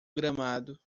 gramado